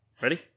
Ready